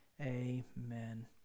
Amen